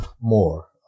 more